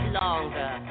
longer